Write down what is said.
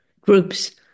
groups